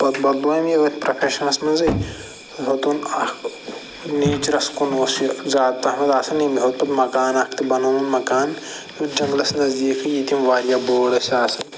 پَتہٕ بَدلو أمۍ یہِ پرٛوفیٚشَنَس مَنٛزے ہیوٚتُن اَتھ نیچرَس کُن اوس یہِ زیادٕ تتھ مَنٛز ہیوٚتُن مَکان اکھ تہٕ بَنووُن مکان جَنٛگلَس نَزدیٖکھے ییٚتہِ یِم واریاہ بٲڈ ٲسۍ آسان